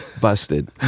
busted